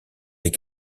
les